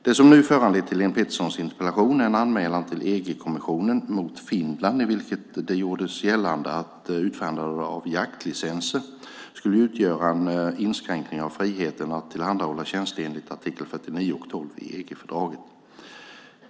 Det som nu föranlett Helén Petterssons interpellation är en anmälan till EG-kommissionen mot Finland i vilken det gjordes gällande att utfärdandet av jaktlicenser skulle utgöra en inskränkning av friheten att tillhandahålla tjänster enligt artiklarna 49 och 12 i EG-fördraget.